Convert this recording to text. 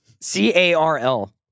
C-A-R-L